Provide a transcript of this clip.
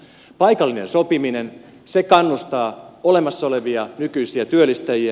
paikallinen sopiminen kannustaa olemassa olevia nykyisiä työllistäjiä